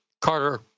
Carter